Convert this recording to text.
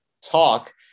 talk